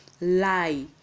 lie